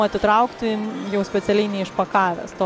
atitraukti jau specialiai neišpakavęs to